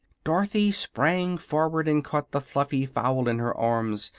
dorothy sprang forward and caught the fluffy fowl in her arms,